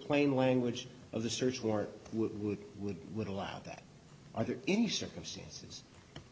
plain language of the search warrant would we would allow that i think any circumstances